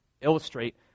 illustrate